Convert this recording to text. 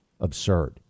Absurd